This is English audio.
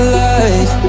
light